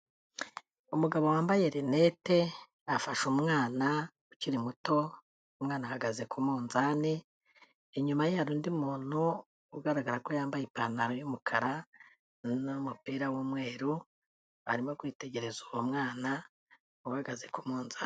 Umugabo wambaye rinete, afashe umwana ukiri muto, umwana ahagaze ku munzani, inyuma ye hari undi muntu, ugaragara ko yambaye ipantaro y'umukara n'umupira w'umweru, arimo kwitegereza uwo mwana uhagaze ku munzani.